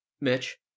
Mitch